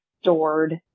stored